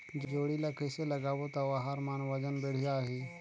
जोणी ला कइसे लगाबो ता ओहार मान वजन बेडिया आही?